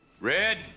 Red